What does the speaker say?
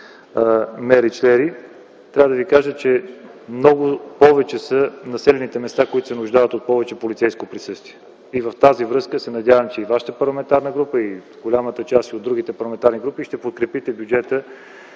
Меричлери, трябва да Ви кажа, че много повече са населените места, които се нуждаят от повече полицейско присъствие. И във връзка с това аз се надявам, че Вашата парламентарна група и голяма част от другите парламентарни групи, въпреки тежката